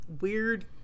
weird